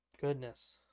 Goodness